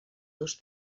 dos